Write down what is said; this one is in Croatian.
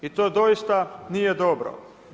I to doista nije dobro.